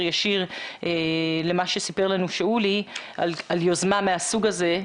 ישיר למה שסיפר לנו שאולי על יוזמה מהסוג הזה.